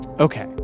Okay